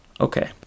Okay